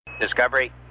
Discovery